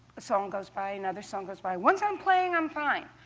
a song goes by, another song goes by. once i'm playing, i'm fine.